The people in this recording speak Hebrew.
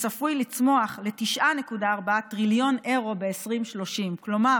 וצפוי לצמוח ל-9.4 טריליון אירו ב-2030, כלומר